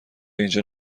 اینجا